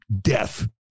death